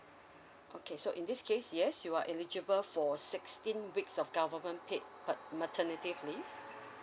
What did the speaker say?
okay so in this case yes you are eligible for sixteen weeks of government paid pat~ maternity leave